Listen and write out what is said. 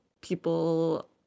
people